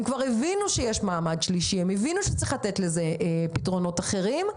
הם כבר הבינו שיש מעמד שלישי ושצריך לתת לזה פתרונות אחרים.